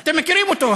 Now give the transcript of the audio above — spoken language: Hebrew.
אתם מכירים אותו,